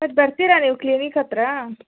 ಇವಾಗ ಬರ್ತೀರಾ ನೀವು ಕ್ಲಿನಿಕ್ ಹತ್ತಿರ